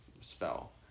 spell